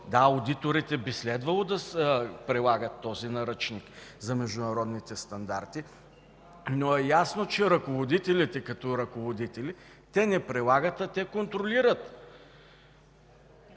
Да, одиторите би следвало да прилагат този Наръчник за международните стандарти, но е ясно, че ръководителите, като ръководители, не прилагат, а контролират.